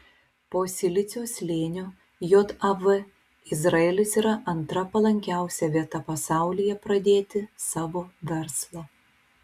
po silicio slėnio jav izraelis yra antra palankiausia vieta pasaulyje pradėti savo verslą